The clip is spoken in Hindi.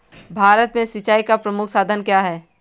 भारत में सिंचाई का प्रमुख साधन क्या है?